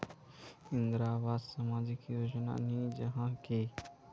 इंदरावास सामाजिक योजना नी जाहा की?